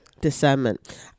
discernment